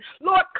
Lord